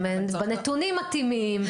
בנתונים הם מתאימים,